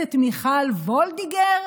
הכנסת מיכל וולדיגר?